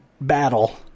battle